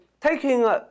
taking